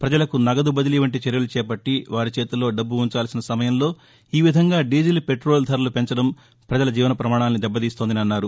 ప్రజలకు నగదు బదిలీ వంటి చర్యలు చేపట్లి వారి చేతుల్లో డబ్బు ఉంచాల్సిన సమయంలో ఈ విధంగా డీజిల్ పెట్రోలు ధరలు పెంచడం ప్రజల జీవన ప్రమాణాల్ని దెబ్బతీస్తోందని అన్నారు